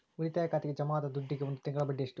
ಉಳಿತಾಯ ಖಾತೆಗೆ ಜಮಾ ಆದ ದುಡ್ಡಿಗೆ ಒಂದು ತಿಂಗಳ ಬಡ್ಡಿ ಎಷ್ಟು?